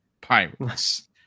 pirates